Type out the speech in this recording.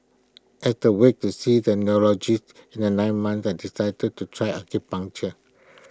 as the wait to see the neurologist in the nine months I decided to try acupuncture